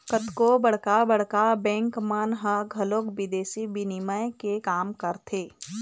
कतको बड़का बड़का बेंक मन ह घलोक बिदेसी बिनिमय के काम करथे